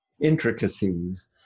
intricacies